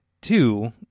Two